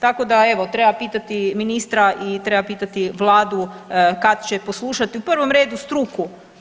Tako da evo treba pitati ministra i treba pitati vladu kad će poslušati u prvom redu struku.